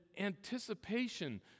anticipation